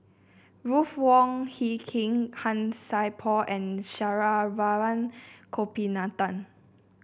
Ruth Wong Hie King Han Sai Por and Saravanan Gopinathan